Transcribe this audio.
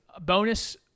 bonus